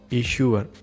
issuer